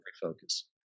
focus